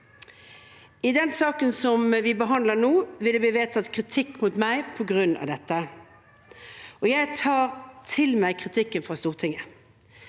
I saken vi nå behandler, vil det bli vedtatt kritikk mot meg på grunn av dette. Jeg tar til meg kritikken fra Stortinget.